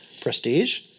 prestige